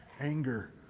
Anger